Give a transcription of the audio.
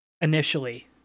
initially